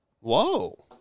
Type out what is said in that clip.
Whoa